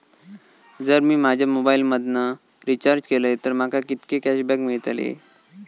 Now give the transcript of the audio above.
जर मी माझ्या मोबाईल मधन रिचार्ज केलय तर माका कितके कॅशबॅक मेळतले?